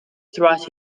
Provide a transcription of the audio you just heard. throughout